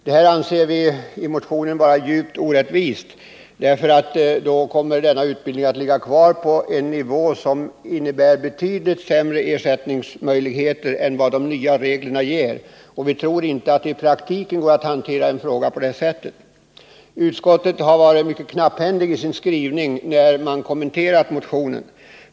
Vi anför i motionen att vi anser detta vara djupt orättvist. Därigenom kommer det för denna utbildning att utgå en betydligt sämre ersättning än vad de nya reglerna ger. Vi tror inte att det i praktiken går att hantera en fråga på det sättet. Utskottet har varit mycket knapphändigt i sin skrivning när man kommenterat motionen.